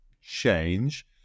change